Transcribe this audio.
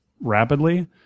rapidly